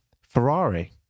Ferrari